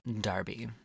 Darby